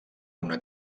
una